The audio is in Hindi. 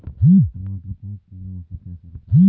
टमाटर को कीड़ों से कैसे बचाएँ?